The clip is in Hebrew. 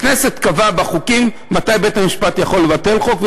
הכנסת קבעה בחוקים מתי בית-המשפט יכול לבטל חוק,